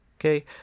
Okay